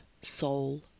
soul